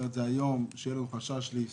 את זה היום יהיה לנו חשש להסתובב.